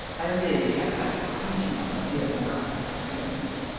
i really have had quite enough of dear augustus for the moment.